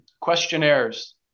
questionnaires